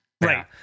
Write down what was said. Right